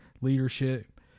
leadership